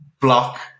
block